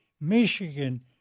Michigan